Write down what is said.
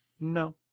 No